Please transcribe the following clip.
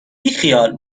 بیخیال